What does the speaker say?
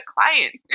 client